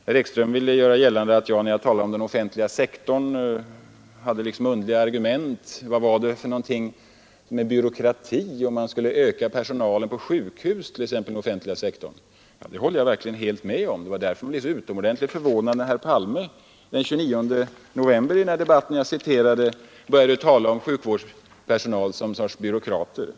Herr Ekström ville göra gällande att jag, när jag talade om den offentliga sektorn, hade underliga argument, och herr Ekström tyckte t.ex. att det var märkligt att jag talade om byråkrati i samband med en ökning av personalen på sjukhus. Ja, det håller jag verkligen med om. Och det var därför som jag blev så utomordentligt förvånad när herr Palme den 29 november i den debatt som jag citerade från började tala om sjukvårdspersonal som någon sorts byråkrater.